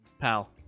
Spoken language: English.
pal